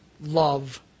love